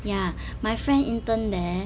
ya my friend intern there